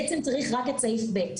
בעצם צריך רק את סעיף (ב),